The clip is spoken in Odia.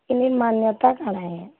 ଇନେ ମାନ୍ୟତା କା'ଣା ଆଏ